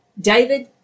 David